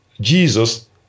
Jesus